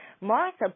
Martha